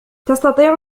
تستطيع